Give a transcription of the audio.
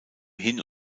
hin